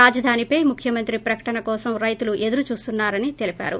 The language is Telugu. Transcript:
రాజధానిపై ముఖ్యమంత్రి ప్రకటన కోసం రైతులు ఎదురు చూస్తున్నారని తెలిపారు